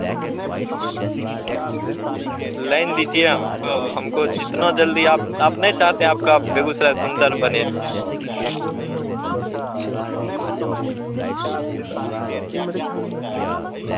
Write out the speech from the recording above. line दीजिए हमको हमको जितना जल्दी आप आप नहीं चाहते आपका बेगूसराय सुंदर बने